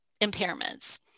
impairments